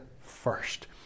first